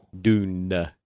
Dune